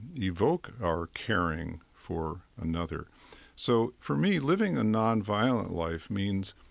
evoke our caring for another so for me, living a nonviolent life means,